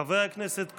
חבר הכנסת קרויזר,